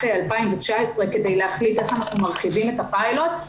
2019 כדי להחליט איך אנחנו מרחיבים את הפיילוט.